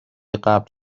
قبل